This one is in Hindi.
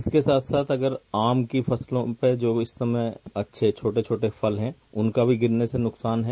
इसके साथ साथ अगर आम की फसलों पर जो इस समय छोटे छोटे फल है उनका भी गिरने से नुकसान है